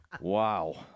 wow